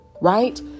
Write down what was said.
right